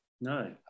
No